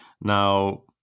Now